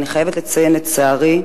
אני חייבת לציין, לצערי,